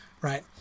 right